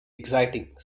exciting